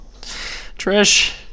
Trish